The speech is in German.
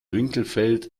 winkelfeld